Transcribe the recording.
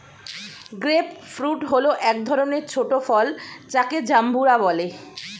grape fruit হল এক ধরনের ছোট ফল যাকে জাম্বুরা বলে